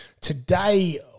Today